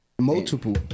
Multiple